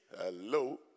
Hello